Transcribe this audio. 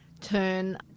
Turn